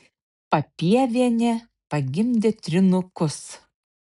papievienė pagimdė trynukus